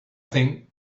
think